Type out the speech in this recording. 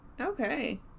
Okay